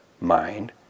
mind